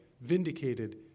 vindicated